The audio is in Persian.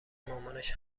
مامانش